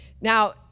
Now